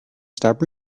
stop